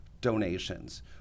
donations